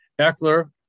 Eckler